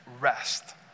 rest